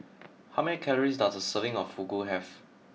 how many calories does a serving of Fugu have